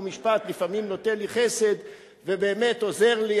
חוק ומשפט לפעמים נוטה לי חסד ובאמת עוזר לי,